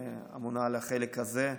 אמונה על החלק הזה.